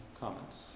comments